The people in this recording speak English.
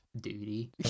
duty